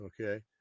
okay